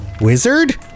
wizard